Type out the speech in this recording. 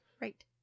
Right